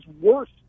worse